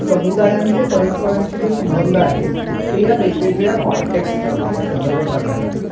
समुदायांचे परस्परांचे जे संबंध आहेत ते या वेगवेगळ्या कॉन्टेक्स्टमध्ये या संदर्भात बघायला लागतील